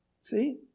See